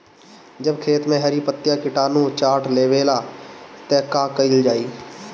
जब खेत मे हरी पतीया किटानु चाट लेवेला तऽ का कईल जाई?